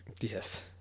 Yes